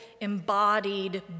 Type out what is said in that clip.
embodied